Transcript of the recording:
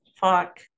Fuck